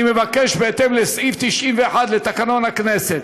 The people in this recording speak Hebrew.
אני מבקש, בהתאם לסעיף 91 לתקנון הכנסת,